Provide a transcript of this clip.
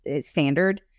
standard